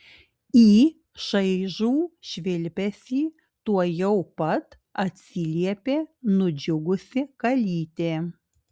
į šaižų švilpesį tuojau pat atsiliepė nudžiugusi kalytė